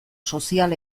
sozial